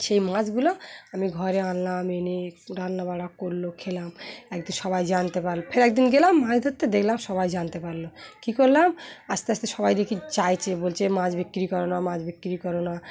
সেই মাছগুলো আমি ঘরে আনলাম এনেে রান্নাাবড়া করলো খেলাম একদিন সবাই জানতে পারলো ফের একদিন গেলাম মাছ ধরতে দেখলাম সবাই জানতে পারলো কী করলাম আস্তে আস্তে সবাই দেখি চাইছে বলছে মাছ বিক্রি কর না মাছ বিক্রি করো না